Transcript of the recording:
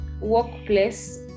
workplace